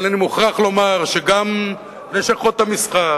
אבל אני מוכרח לומר שגם לשכות המסחר